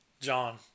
John